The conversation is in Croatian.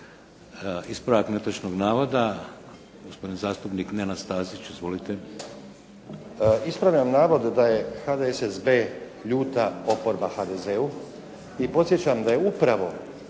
Ispravljam navod da je HDSSB ljuta oporba HDZ-u i podsjećam da je upravo